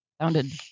Sounded